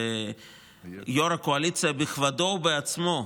יושב-ראש הקואליציה בכבודו ובעצמו,